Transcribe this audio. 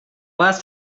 last